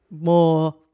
more